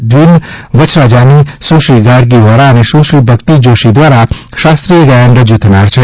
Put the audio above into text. ધ્વીન વચ્છરાજાની સુશ્રી ગાર્ગી વોરા અને સુશ્રી ભક્તિ જોષી દ્વારા શાસ્ત્રીય ગાયન રજુ થનાર છે